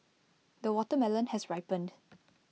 the watermelon has ripened